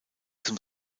zum